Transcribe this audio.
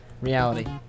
Reality